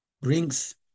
brings